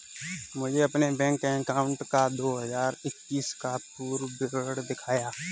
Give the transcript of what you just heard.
मुझे अपने bank account का दो हज़ार इक्कीस का पूरा विवरण दिखाएँ?